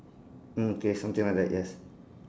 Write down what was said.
mm K something like that yes